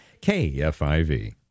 KFIV